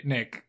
Nick